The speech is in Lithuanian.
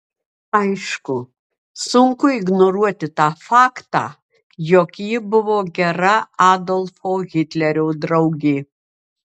aišku sunku ignoruoti tą faktą jog ji buvo gera adolfo hitlerio draugė